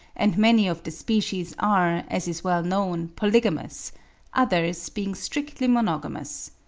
and many of the species are, as is well known, polygamous others being strictly monogamous.